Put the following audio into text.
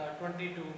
22